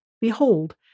Behold